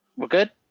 we're good?